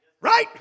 Right